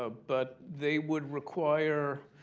ah but they would require,